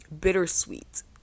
bittersweet